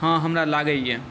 हॅं हमरा लागैया